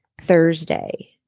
thursday